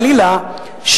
חלילה,